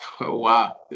wow